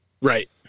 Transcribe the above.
Right